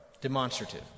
Demonstrative